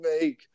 make